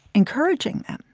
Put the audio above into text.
encouraging them.